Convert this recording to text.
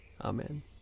Amen